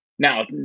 Now